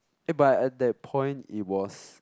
eh but at that point it was